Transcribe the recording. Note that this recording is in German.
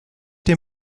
den